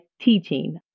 teaching